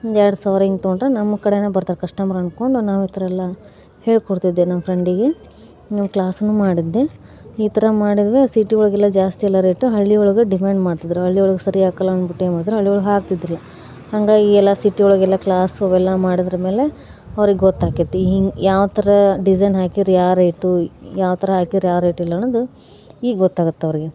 ಒಂದು ಎರಡು ಸಾವಿರ ಹೀಗೆ ತಗೊಂಡರೆ ನಮ್ಮ ಕಡೆಗೆ ಬರ್ತಾರೆ ಕಸ್ಟಮರ್ ಅಂದ್ಕೊಂಡು ನಾವು ಈ ಥರ ಎಲ್ಲ ಹೇಳ್ಕೊಡ್ತಿದ್ದೆ ನಮ್ಮ ಫ್ರೆಂಡಿಗೆ ನಾನು ಕ್ಲಾಸನ್ನು ಮಾಡಿದ್ದೆ ಈ ಥರ ಮಾಡಿದರೆ ಸಿಟಿ ಒಳಗೆಲ್ಲ ಜಾಸ್ತಿಯೆಲ್ಲ ರೇಟು ಹಳ್ಳಿ ಒಳಗೆ ಡಿಮ್ಯಾಂಡ್ ಮಾಡ್ತಿದ್ದರು ಹಳ್ಳಿ ಒಳಗೆ ಸರಿ ಆಗಲ್ಲ ಅಂದ್ಬಿಟ್ಟು ಏನು ಮಾಡಿದರು ಹಳ್ಳಿ ಒಳಗೆ ಹಾಕ್ತಿದ್ದಿಲ್ಲ ಹಾಗಾಗಿ ಎಲ್ಲ ಸಿಟಿ ಒಳಗೆಲ್ಲ ಕ್ಲಾಸ್ ಅವೆಲ್ಲ ಮಾಡಿದ ಮೇಲೆ ಅವ್ರಿಗೆ ಗೊತ್ತಾಕ್ಕೇತಿ ಹಿಂಗೆ ಯಾವ ಥರ ಡಿಸೈನ್ ಹಾಕಿದರೆ ಯಾವ ರೇಟಿಲ್ಲ ಯಾವ ಥರ ಹಾಕಿದರೆ ಯಾವ ರೇಟಿಲ್ಲ ಅನ್ನೋದು ಈಗ ಗೊತ್ತಾಗುತ್ತೆ ಅವರಿಗೆ